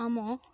ଆମ